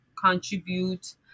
contribute